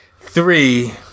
three